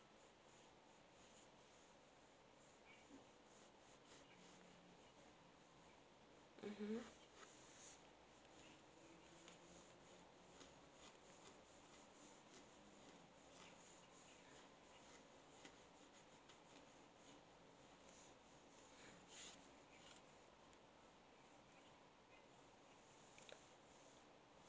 mmhmm